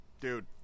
Dude